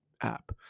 app